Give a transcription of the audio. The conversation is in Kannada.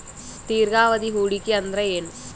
ದೀರ್ಘಾವಧಿ ಹೂಡಿಕೆ ಅಂದ್ರ ಏನು?